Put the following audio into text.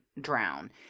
drown